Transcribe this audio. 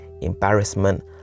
embarrassment